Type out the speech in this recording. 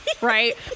Right